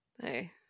Hey